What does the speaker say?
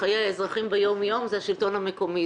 בחיי האזרחים יומיום זה השלטון המקומי.